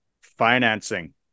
financing